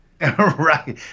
Right